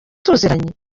tuziranye